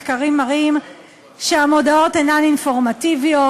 מחקרים מראים שהמודעות אינן אינפורמטיביות,